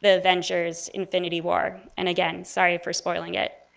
the avengers infinity war. and, again, sorry for spoiling it.